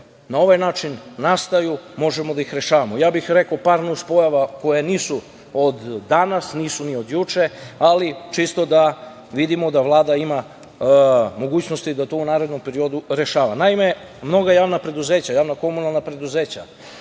na ovaj način nastaju, možemo da ih rešavamo. Ja bih rekao par nuns pojava koje nisu od danas, nisu ni od juče, ali čisto da vidimo da Vlada ima mogućnosti da to u narednom periodu rešava. Naime, mnoga javna preduzeća, javna komunalna preduzeća